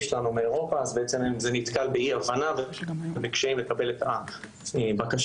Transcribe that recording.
שלנו באירופה זה נתקל באי-הבנה ובקשיים לקבל את הבקשות.